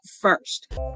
first